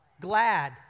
Glad